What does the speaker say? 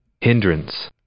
Hindrance